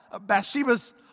Bathsheba's